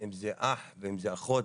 אם זה ואם זה אחות,